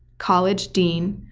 college dean,